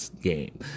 game